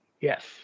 Yes